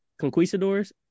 conquistadors